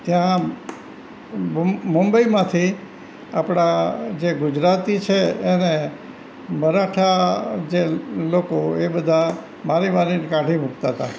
ત્યાં મુંબઈમાંથી આપણા જે ગુજરાતી છે એને મરાઠા જે લોકો એ બધાં મારી મારીને કાઢી મૂકતા હતા